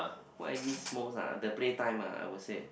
what I miss most ah the play time ah I would say